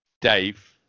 Dave